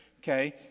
okay